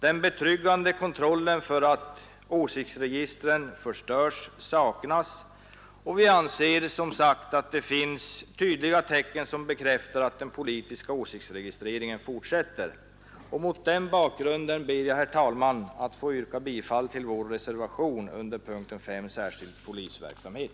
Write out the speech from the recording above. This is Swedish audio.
Den betryggande kontrollen för att åsiktsregistren förstörs saknas, och vi anser som sagt att det finns tydliga tecken som bekräftar att den politiska åsiktsregistreringen fortsätter. Mot den bakgrunden ber jag, herr talman, att få yrka bifall till reservationen 2 vid punkten 5: ” Särskild polisverksamhet”.